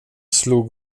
slog